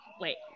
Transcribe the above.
wait